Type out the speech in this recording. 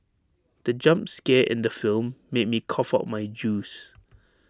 the jump scare in the film made me cough out my juice